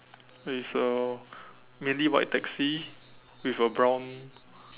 it's a mainly white taxi with a brown